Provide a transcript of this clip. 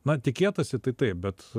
na tikėtasi tai taip bet